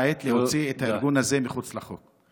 העת להוציא את הארגון הזה מחוץ לחוק.